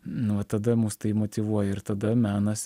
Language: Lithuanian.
nu o tada mus tai motyvuoja ir tada menas